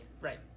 Right